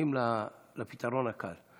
שהולכים לפתרון הקל.